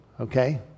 okay